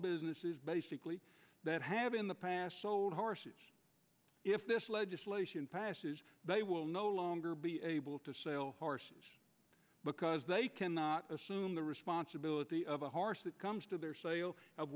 businesses basically that have in the past sold horses if this legislation passes they will no longer be able to sell horses because they cannot assume the responsibility of a horse that comes to their sale of